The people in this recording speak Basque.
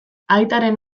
aitaren